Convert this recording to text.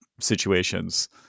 situations